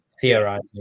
theorizing